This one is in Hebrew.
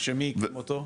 שמי הקים אותו?